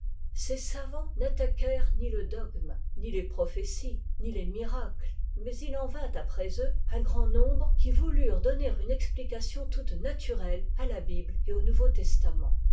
ces savants n'attaquèrent ni le dogme ni les prophéties ni les miracles mais il en vint après eux un grand nombre qui voulurent donner une explication toute naturelle à la bible et au nouveau testament